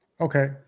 Okay